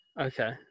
Okay